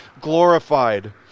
glorified